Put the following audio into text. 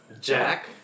Jack